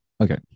Okay